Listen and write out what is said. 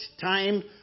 time